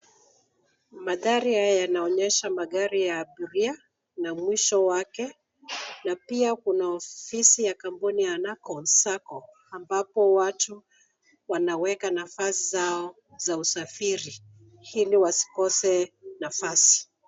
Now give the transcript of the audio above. Mandhari haya yanaonyesha magari ya abiria na mwisho wake na pia kuna ofisi ya kampuni ya Nakonns Sacco ambapo watu wanaweka nafasi zao za usafiri ili wasikose nafasi.